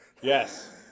Yes